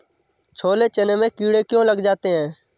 छोले चने में कीड़े क्यो लग जाते हैं?